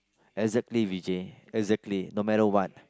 exactly Vijay exactly no matter what